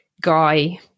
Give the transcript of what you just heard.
guy